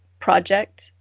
project